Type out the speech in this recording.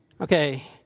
Okay